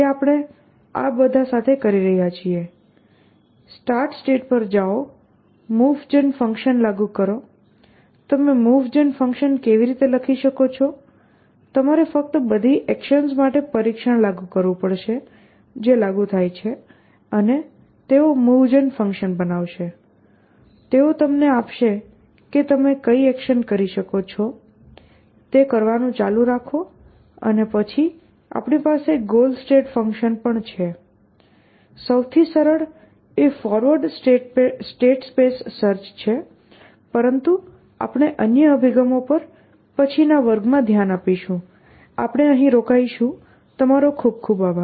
One Arm Robot one arm robot one arm robot Planning planning આયોજન Planning Domain Description Language planning domain description language planning domain description language Power State Space Search power state space search power state space search Precondition List precondition list precondition list Probabilistic Actions probabilistic actions probabilistic actions Probabilistic Planning probabilistic planning probabilistic planning Probabilistic Reasoning probabilistic reasoning probabilistic reasoning Problem Description problem description સમસ્યા નું વર્ણન Remote Agent remote agent remote agent Remote Agent Architecture remote agent architecture remote agent architecture Soft Constraints soft constraints soft constraints State state સ્થિતિ State Description state description state description Stochastic Actions stochastic actions stochastic actions STRIPS STRIPS Stanford Research Institute problem solver STRIPS Stanford Research Institute problem solver Successor State successor state successor state Trajectory Constraints trajectory constraints trajectory constraints